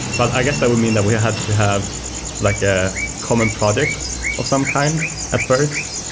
but i guess that would mean that we had to have like a common project of some kind at first,